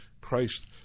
christ